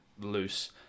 loose